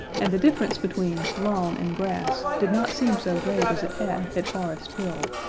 and the difference between lawn and grass did not seem so great as it had at forest hill.